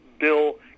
Bill